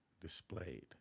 displayed